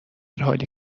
حالی